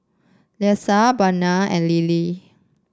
Leisa Bianca and Lilly